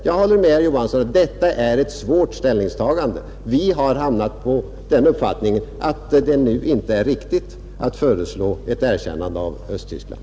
Jag håller med herr Johansson om att detta är ett svårt ställningstagande, Vi har stannat för den uppfattningen att det nu inte är riktigt att föreslå ett erkännande av Östtyskland,